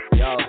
yo